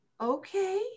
okay